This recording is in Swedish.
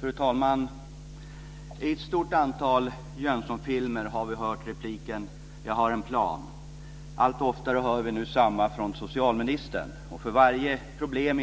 Fru talman! I ett stort antal Jönssonfilmer har vi hört repliken: "Jag har en plan." Allt oftare hör vi nu samma sak från socialministern. För varje problem